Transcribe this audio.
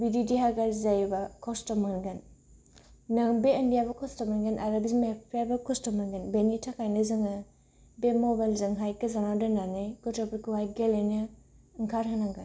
बिदि देहा गाज्रि जायोबा खस्त मोनगोन बे उन्दैआबो खस्त मोनगोन ओमफ्राय बिमा बिफायाबो खस्त मोनगोन बिनि थाखायनो जोङो बे मबाइलजोंहाय गोजानाव दोननानै गथ'फोरखौहाय गेलेनो ओंखारहोनांगोन